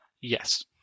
Yes